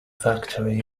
factory